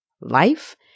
life